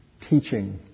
teaching